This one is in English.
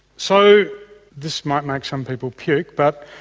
so this might make some people puke but